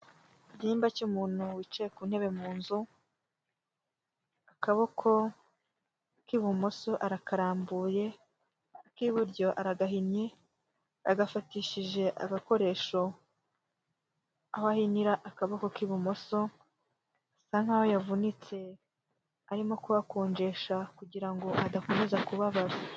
Igihimba cy'umuntu wicaye ku ntebe mu nzu. Akaboko k'ibumoso arakarambuye, ak'iburyo aragahinnye agafatishije agakoresho aho ahinira akaboko k'ibumoso. Asa nkaho yavunitse arimo kuhakonjesha kugira ngo adakomeza kubabara.